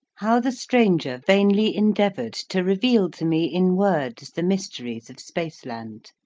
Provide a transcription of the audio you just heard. how the stranger vainly endeavoured to reveal to me in words the mysteries of sfiaceland.